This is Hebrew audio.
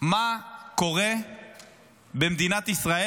מה קורה במדינת ישראל?